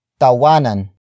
Tawanan